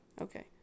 Okay